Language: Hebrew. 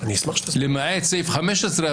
למעט סעיף 15,